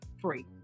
free